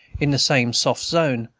in the same soft zone,